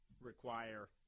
require